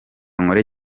nkore